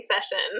session